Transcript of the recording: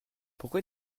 pourquoi